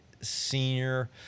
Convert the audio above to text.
senior